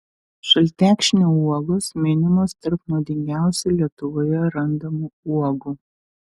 šaltekšnio uogos minimos tarp nuodingiausių lietuvoje randamų uogų